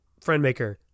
friendmaker